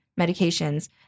medications –